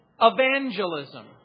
evangelism